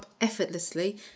effortlessly